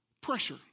pressure